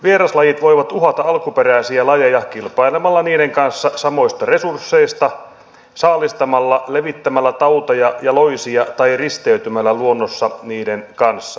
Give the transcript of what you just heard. vieraslajit voivat uhata alkuperäisiä lajeja kilpailemalla niiden kanssa samoista resursseista saalistamalla levittämällä tauteja ja loisia tai risteytymällä luonnossa niiden kanssa